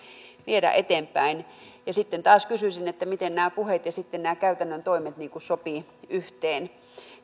viedä eteenpäin sitten taas kysyisin miten nämä puheet ja nämä käytännön toimet sopivat yhteen